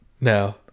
no